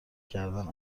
کردن